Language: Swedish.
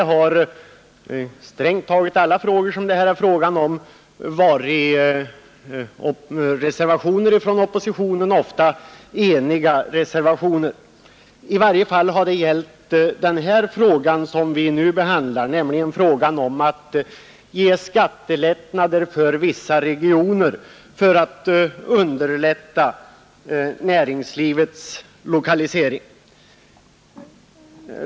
I strängt taget alla frågor som det här gäller har det förekommit reservationer från oppositionen, ofta enhälliga reservationer. Särskilt har detta varit fallet i den fråga vi nu behandlar, nämligen frågan om att ge skattelättnader för vissa regioner för att underlätta näringslivets lokalisering dit.